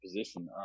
position